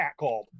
catcalled